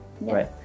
right